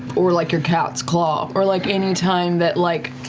or like your cat's claw. or like any time that like,